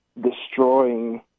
destroying